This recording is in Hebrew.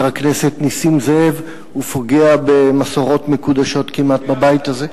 הכנסת נסים זאב ופוגע במסורות מקודשות כמעט בבית הזה.